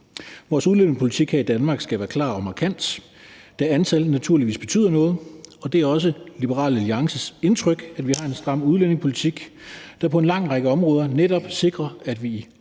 Vores udlændingepolitik her i Danmark skal være klar og markant, da antal naturligvis betyder noget. Det er også Liberal Alliances indtryk, at vi har en stram udlændingepolitik, der på en lang række områder netop sikrer, at vi